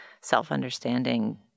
self-understanding